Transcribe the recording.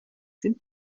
sind